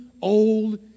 Old